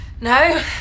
No